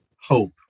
hope